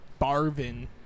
Barvin